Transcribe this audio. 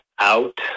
out